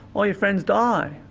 all your friends die.